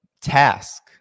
task